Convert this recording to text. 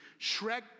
Shrek